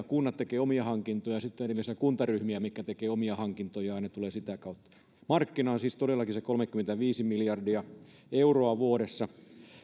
kunnat tekevät omia hankintoja sitten on erillisiä kuntaryhmiä mitkä tekevät omia hankintojaan ne tulevat sitä kautta markkina on siis todellakin se kolmekymmentäviisi miljardia euroa vuodessa